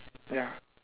ya